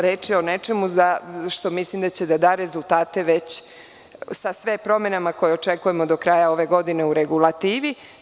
Reč je o nečemu za šta mislim da će da da rezultate sa promenama koje očekujemo do kraja ove godine u regulativi.